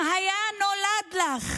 אם היה נולד לך